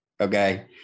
okay